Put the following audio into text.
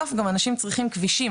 בסוף גם אנשים צריכים כבישים,